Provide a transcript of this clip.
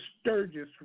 Sturgis